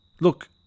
Look